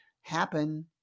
happen